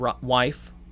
wife